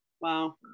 wow